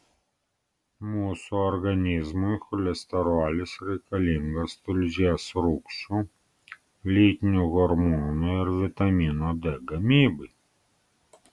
mūsų organizmui cholesterolis reikalingas tulžies rūgščių lytinių hormonų ir vitamino d gamybai